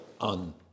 on